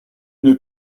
une